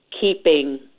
keeping